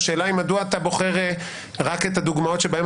השאלה היא מדוע אתה בוחר רק את הדוגמאות שבהן